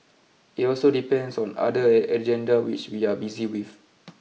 it also depends on other agenda which we are busy with